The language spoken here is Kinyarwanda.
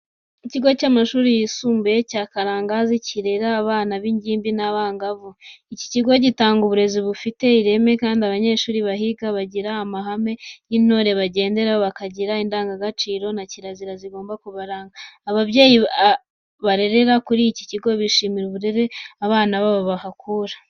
Ikigo cy'amashuri yisumbuye cya Karangazi kirera abana b'ingimbi n'abangavu. Iki kigo gitanga uburezi bufite ireme, kandi abanyeshuri bahiga bagira amahame y'intore bagenderaho, bakagira indangagaciro na kirazira zigomba kubaranga. Ababyeyi barerera kuri iki kigo bishimira uburere abana babo bahakura.